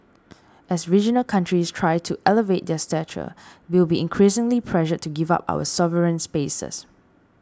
as regional countries try to elevate their stature we will be increasingly pressured to give up our sovereign spaces